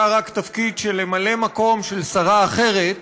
רק בתפקיד של ממלא מקום של שרה אחרת,